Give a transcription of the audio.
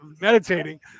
meditating